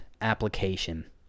application